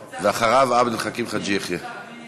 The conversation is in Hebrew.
אחריו, עבד אל חכים חאג' יחיא.